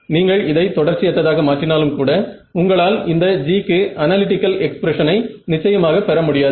நீங்கள் இதை தொடர்ச்சியற்றதாக மாற்றினாலும் கூட உங்களால் இந்த G க்கு அனலிடிகல் எக்ஸ்பிரஷனை நிச்சயமாக பெற முடியாது